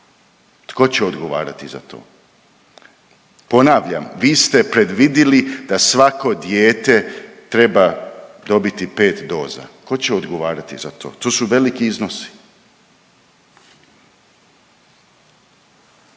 Tko će odgovarati za to? Ponavljam, vi ste predvidili da svako dijete treba dobiti 5 doza. Tko će odgovarati za to? To su veliki iznosi.